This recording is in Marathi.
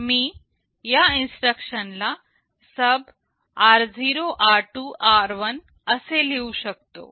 मी या इन्स्ट्रक्शन ला SUB r0 r2 r1 असे लिहू शकतो